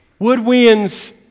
Woodwinds